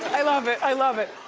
i love it i love it,